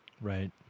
Right